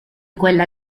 quella